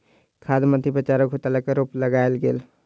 खाद्य मंत्री पर चारा घोटाला के आरोप लगायल गेल